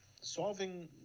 solving